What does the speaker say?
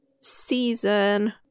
season